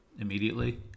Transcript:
immediately